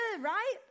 right